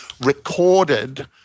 recorded